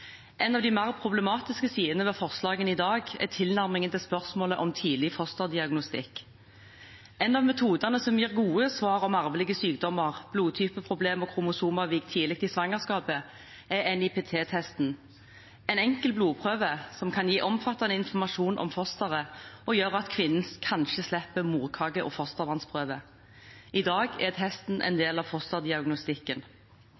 En av de mer problematiske sidene ved forslagene i dag er tilnærmingen til spørsmålet om tidlig fosterdiagnostikk. En av metodene som gir gode svar om arvelige sykdommer, blodtypeproblem og kromosomavvik tidlig i svangerskapet, er NIPT-testen, en enkel blodprøve som kan gi omfattende informasjon om fosteret, og gjør at kvinnen kanskje slipper morkake- og fostervannsprøve. I dag er testen en